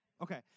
Okay